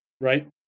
Right